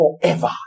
forever